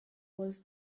was